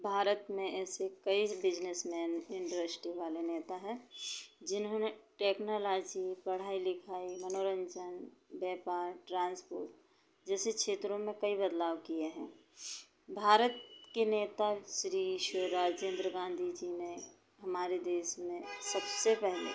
भारत में ऐसे कई बिजनेसमेन इंडस्ट्री वाले नेता हैं जिन्होंने टेक्नोलॉजी पढ़ाई लिखाई मनोरंजन व्यापार ट्रांसपोर्ट जेसे क्षेत्रों में कई बदलाव किए हैं भारत के नेता श्री श्री राजेन्द्र गाँधी जी ने हमारे देश में सबसे पहले